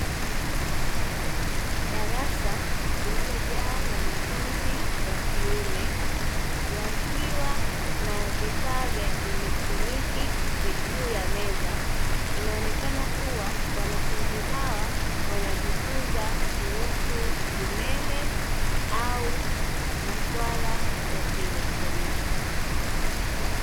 Darasa lililojaa wanafunzi wa kiume wakiwa na vifaa vya kielektroniki, juu ya meza inaonekana kuwa wanafunzi hawa wanajifunza kuhusu umeme au maswala ya kielektroniki.